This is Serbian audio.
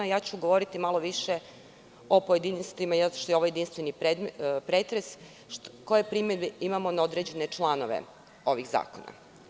Ja ću govoriti malo više o pojedinostima, zato što je ovo jedinstveni pretres, koje primedbe imamo na određene članove ovih zakona.